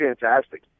fantastic